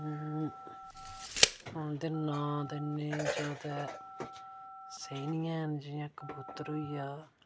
उंदै नां ते इन्ने स्हेई नेईं ऐ जियां कबूतर होई गेआ